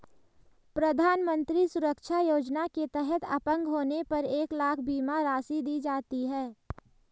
प्रधानमंत्री सुरक्षा योजना के तहत अपंग होने पर एक लाख बीमा राशि दी जाती है